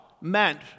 meant